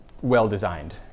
well-designed